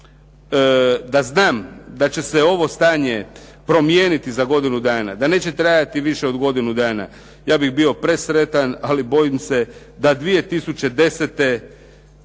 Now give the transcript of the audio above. da znam da će se ovo stanje promijeniti za godinu dana, da neće trajati više od godinu dana, ja bih bio presretan ali bojim se da 2010.